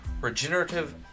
Regenerative